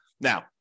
Now